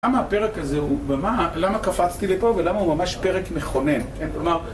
למה הפרק הזה הוא... למה קפצתי לפה ולמה הוא ממש פרק מכונן? כלומר,